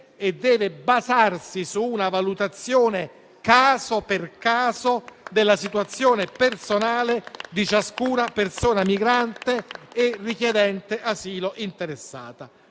e deve basarsi su una valutazione caso per caso della situazione personale di ciascuna persona migrante e richiedente asilo interessata.